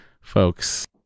Folks